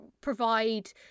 provide